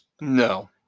No